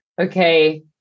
okay